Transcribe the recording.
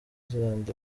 island